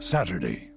Saturday